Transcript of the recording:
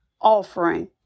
offering